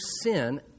sin